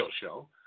show